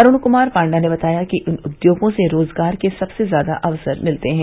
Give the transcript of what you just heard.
अरुण कुमार पांडा ने बताया कि इन उद्योगों से रोजगार के सबसे ज्यादा अवसर मिलते हैं